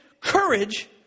courage